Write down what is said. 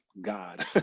God